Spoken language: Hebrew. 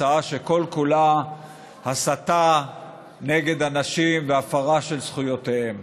הצעה שכל-כולה הסתה נגד אנשים והפרה של זכויותיהם.